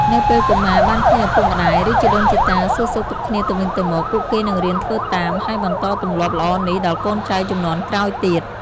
នៅពេលកុមារបានឃើញឪពុកម្ដាយ ឬជីដូនជីតាសួរសុខទុក្ខគ្នាទៅវិញទៅមក ពួកគេនឹងរៀនធ្វើតាម ហើយបន្តទម្លាប់ល្អនេះដល់កូនចៅជំនាន់ក្រោយទៀត។